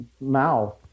mouth